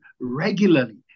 regularly